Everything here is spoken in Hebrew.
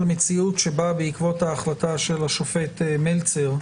המציאות שבאה בעקבות ההחלטה של השופט מלצר.